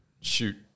shoot